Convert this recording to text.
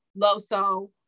Loso